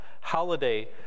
holiday